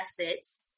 assets